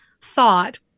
thought